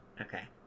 Okay